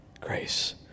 grace